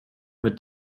mit